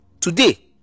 Today